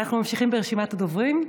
אנחנו ממשיכים ברשימת הדוברים.